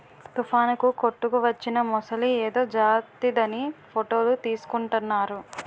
తుఫానుకు కొట్టుకువచ్చిన మొసలి ఏదో జాతిదని ఫోటోలు తీసుకుంటున్నారు